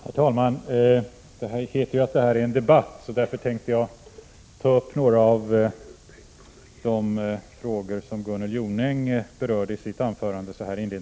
Herr talman! Det heter att detta är en debatt, och därför tänkte jag inledningsvis ta upp några av de frågor som Gunnel Jonäng berörde i sitt anförande.